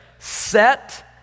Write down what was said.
Set